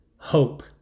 Hope